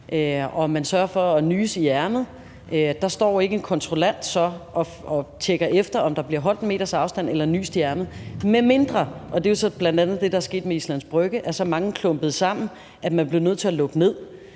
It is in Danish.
at man sørger for at nyse i ærmet. Der står ikke en kontrollant og tjekker efter, om der bliver holdt 1 meters afstand eller nyst i ærmet, medmindre – og det er jo så det, der bl.a. er sket på Islands Brygge – der er så mange klumpet sammen, at man bliver nødt til at lukke ned.